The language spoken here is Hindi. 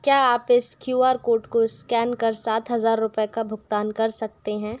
क्या आप इस क्यू आर कोड को स्कैन कर सात हज़ार रुपये का भुगतान कर सकते हैं